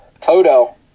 Toto